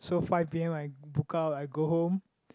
so five p_m I book out I go home